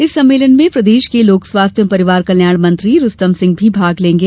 इस सम्मेलन में प्रदेश लोक स्वास्थ्य एवं परिवार कल्याण मंत्री रुस्तम सिंह भी भाग लेंगे